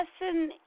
lesson